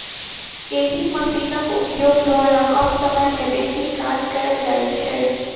एहि मशीनक उपयोग द्वारा कम समय मे बेसी काज कयल जाइत छै